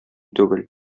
түгел